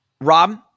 Rob